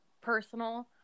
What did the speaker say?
personal